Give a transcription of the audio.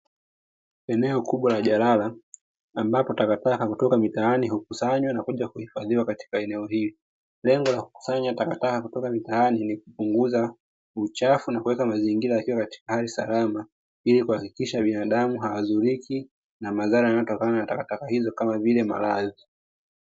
Eneo kubwa la jalala ambapo takataka kutoka mitaani hukusanywa na kuja kuhifadhiwa katika eneo hili, lengo la kukusanya takataka kutoka mitaani, ni kupunguza uchafu na kuweka mazingira katika hali salama, ili kuhakikisha binadamu hawadhuriki na madhara yanayotokana na takataka hizo, kama vile maradhi.